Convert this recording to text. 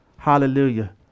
Hallelujah